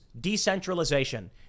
Decentralization